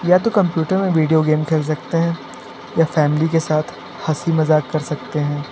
या तो कम्प्यूटर और वीडियो गेम खेल सकते हैं या फैमिली के साथ हँसी मज़ाक कर सकते हैं